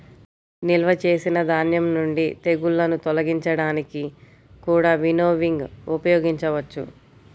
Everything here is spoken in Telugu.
నిల్వ చేసిన ధాన్యం నుండి తెగుళ్ళను తొలగించడానికి కూడా వినోవింగ్ ఉపయోగించవచ్చు